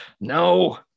no